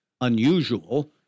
unusual